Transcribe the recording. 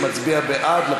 שמצביע בעד,